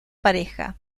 pareja